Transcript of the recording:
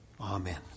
Amen